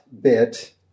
bit